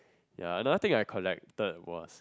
ya another thing I collected was